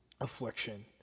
affliction